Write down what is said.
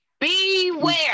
beware